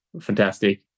fantastic